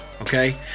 okay